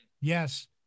yes